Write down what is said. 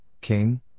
King